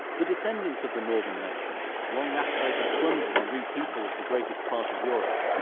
the descendants of the northern nations, long after they had plundered and repeopled the greatest part of europe,